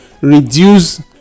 reduce